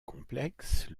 complexes